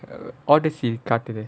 odyssey காட்டுது:kaatuthu